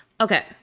Okay